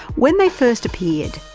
when they first appeared,